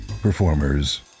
performers